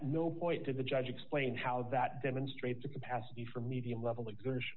no point to the judge explain how that demonstrates the capacity for medium level exertion